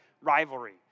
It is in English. rivalry